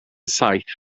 saith